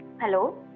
Hello